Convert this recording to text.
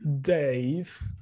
Dave